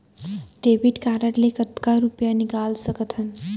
Debit card ले कतका रुपिया निकाल सकथन?